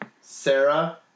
Sarah